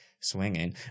swinging